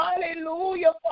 hallelujah